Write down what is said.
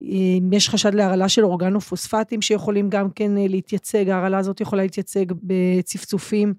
אם יש חשד להרעלה של אורגנופוספטים שיכולים גם כן להתייצג, ההרעלה הזאת יכולה להתייצג בצפצופים.